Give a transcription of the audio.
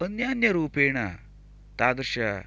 अन्यान्यरूपेण तादृशः